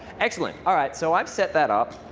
excellent. all right. so i've set that up.